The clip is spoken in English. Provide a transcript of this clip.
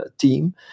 team